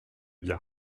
bien